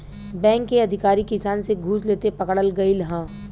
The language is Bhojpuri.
बैंक के अधिकारी किसान से घूस लेते पकड़ल गइल ह